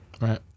Right